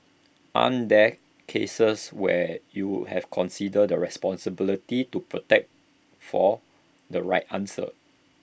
aren't there cases where you have considered the responsibility to protect for the right answer